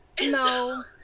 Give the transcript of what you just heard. No